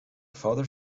father